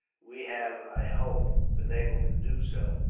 we have, i hope, been able to do so.